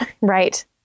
Right